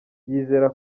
yizera